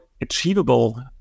achievable